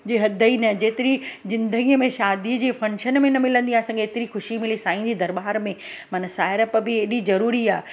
जे हद ई न जेतिरी ज़िंदगीअ में शादी जे फ़ंक्शन में न मिलंदी आहे असांखे एतिरी ख़ुशी मिली साईं जे दरॿारि में माना साहिड़प बि हेॾी ज़रूरी आहे